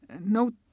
Note